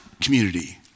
community